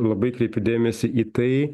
labai kreipiu dėmesį į tai